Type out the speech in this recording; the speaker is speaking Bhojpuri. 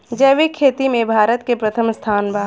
जैविक खेती में भारत के प्रथम स्थान बा